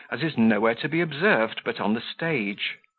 as is nowhere to be observed but on the stage.